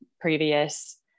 Previous